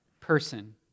person